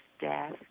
death